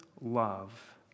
love